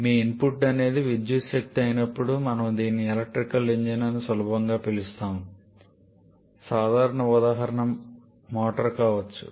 మీ input అనేది విద్యుత్ శక్తి అయినప్పుడు మనము దీన్ని ఎలక్ట్రికల్ ఇంజిన్ అని సులభంగా పిలుస్తాము సాధారణ ఉదాహరణ మోటారు కావచ్చు